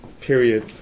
period